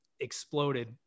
exploded